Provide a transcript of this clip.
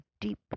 deep